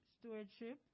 Stewardship